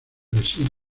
residuos